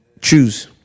choose